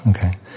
Okay